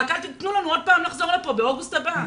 רק אל תתנו לנו עוד פעם לחזור לפה באוגוסט הבא.